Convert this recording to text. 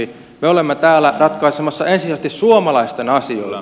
me olemme täällä ratkaisemassa ensisijaisesti suomalaisten asioita